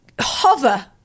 hover